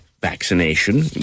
Vaccination